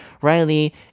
Riley